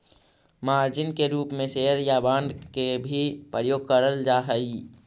margin के रूप में शेयर या बांड के भी प्रयोग करल जा सकऽ हई